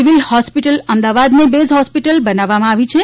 civil hospital અમદાવાદને base hospital બનાવવામાં આવી છે